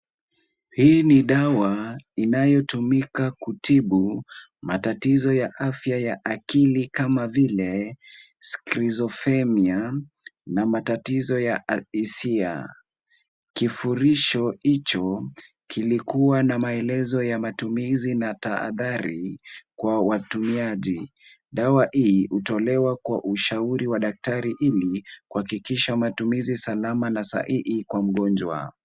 Hii ni dawa inayotumika kutibu matatizo ya afya ya akili kama vile schizoprenia na matatizo ya hisia. Kifurisho hicho kilikuwa na maelezo ya matumizi na tahadhari kwa watumiaji. Dawa hii hutolewa kwa ushauri wa daktari ili kuhakikisha matumizi salama na sahihi kwa mgonjwa.